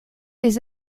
les